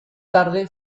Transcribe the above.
tarde